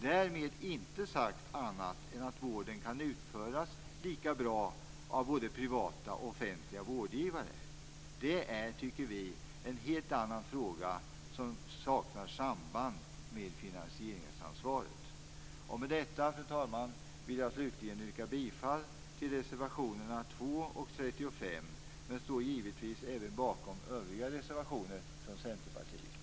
Därmed inte sagt annat än att vården kan utföras lika bra av både privata och offentliga vårdgivare. Det är, tycker vi, en helt annan fråga som saknar samband med finansieringsansvaret. Med detta, fru talman, yrkar jag slutligen bifall till reservationerna 2 och 35 men jag står givetvis även bakom övriga reservationer från Centerpartiet.